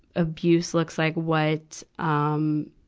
abuse looks like, what, um,